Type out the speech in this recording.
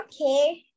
Okay